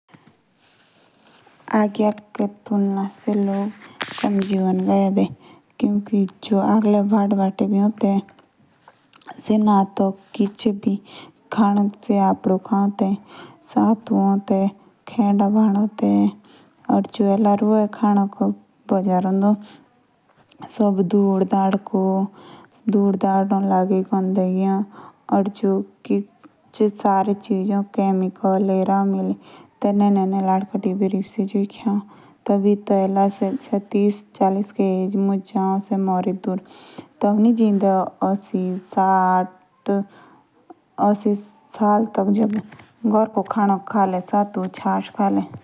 उम्र की तुलना अबे के लोग बहुत कम जिया। क्योकी आगे के नहाए-धोए। सो सतु खाओ ते या खंडा खाओ ते।